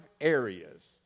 areas